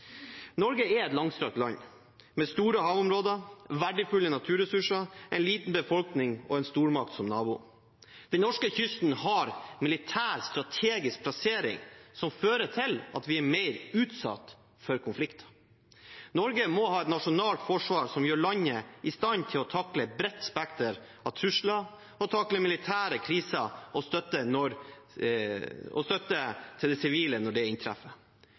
Norge er et langstrakt land med store havområder, verdifulle naturressurser, en liten befolkning og en stormakt som nabo. Den norske kysten har en militær strategisk plassering som fører til at vi er mer utsatt for konflikter. Norge må ha et nasjonalt forsvar som gjør landet i stand til å takle et bredt spekter av trusler, takle militære kriser og gi støtte til det sivile når de inntreffer.